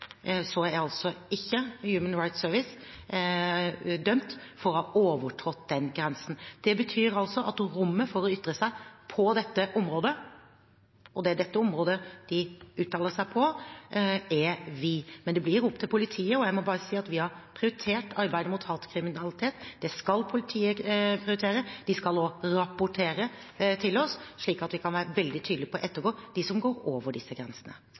er ikke Human Rights Service dømt for å ha overtrådt den grensen. Det betyr at rommet for å ytre seg på dette området, og det er dette området de uttaler seg på, er vidt. Men det blir opp til politiet, og jeg må bare si at vi har prioritert arbeidet mot hatkriminalitet. Det skal politiet prioritere. De skal også rapportere til oss, slik at vi kan være veldig tydelige på å ettergå dem som går over disse grensene.